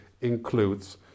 includes